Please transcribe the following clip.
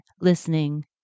listening